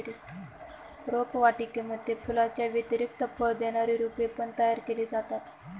रोपवाटिकेमध्ये फुलांच्या व्यतिरिक्त फळ देणारी रोपे पण तयार केली जातात